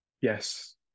yes